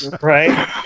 Right